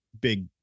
big